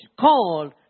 called